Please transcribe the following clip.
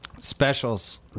Specials